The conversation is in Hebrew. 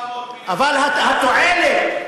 אבל התועלת,